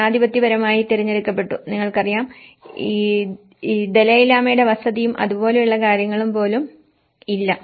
ജനാധിപത്യപരമായി തിരഞ്ഞെടുക്കപ്പെട്ടു നിങ്ങൾക്കറിയാം ഈദലൈലാമയുടെ വസതിയും അതുപോലുള്ള കാര്യങ്ങളും പോലും ഇല്ല